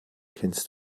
kennst